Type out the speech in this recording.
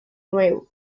nuevo